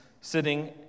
sitting